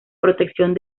protección